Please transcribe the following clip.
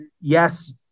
yes